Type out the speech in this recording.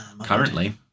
Currently